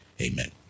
Amen